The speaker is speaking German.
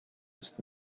ist